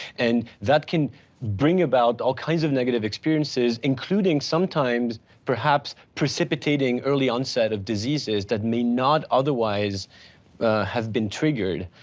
and that can bring about all kinds of negative experiences, including sometimes perhaps precipitating early onset of diseases that may not otherwise have been triggered.